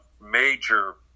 major